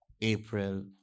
April